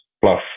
plus